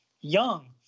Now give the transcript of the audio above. young